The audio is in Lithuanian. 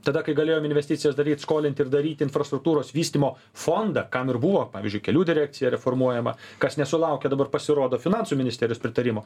tada kai galėjom investicijas daryt skolint ir daryt infrastruktūros vystymo fondą kam ir buvo pavyzdžiui kelių direkcija reformuojama kas nesulaukė dabar pasirodo finansų ministerijos pritarimo